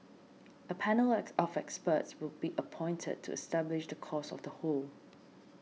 a panel at of experts will be appointed to establish the cause of the hole